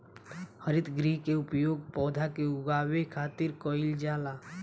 हरितगृह के उपयोग पौधा के उगावे खातिर कईल जाला